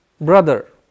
brother